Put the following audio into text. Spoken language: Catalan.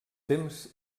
temps